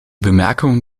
bemerkungen